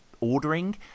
ordering